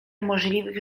możliwych